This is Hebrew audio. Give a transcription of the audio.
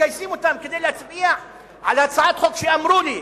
מגייסים אותם כדי להצביע על הצעת חוק שאמרו לי,